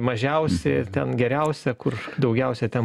mažiausiai ten geriausia kur daugiausia ten